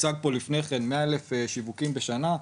הוצג פה קודם לכן 100,000 שיווקים בשנה,